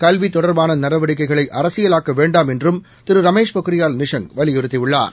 கல்விதொடர்பானநடவடிக்கைளைஅரசியலாக்கவேண்டாம் என்றும் திருரமேஷ் பொக்ரியல் நிஷாங் வலிபுறுத்தியுள்ளார்